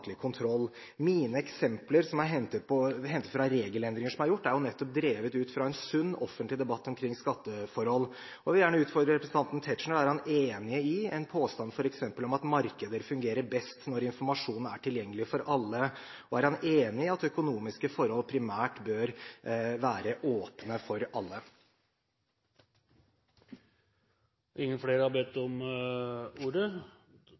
statlig kontroll. Mine eksempler, som er hentet fra regelendringer som er gjort, er nettopp drevet ut fra en sunn, offentlig debatt om skatteforhold. Jeg vil gjerne utfordre representanten Tetzschner: Er han enig i en påstand f.eks. om at markeder fungerer best når informasjonen er tilgjengelig for alle? Er han enig i at økonomiske forhold primært bør være åpne for alle? Flere har ikke bedt om ordet til sak nr. 1 … Jo, her står det at representanten Tetzschner har bedt